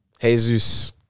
Jesus